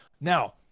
Now